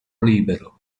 libero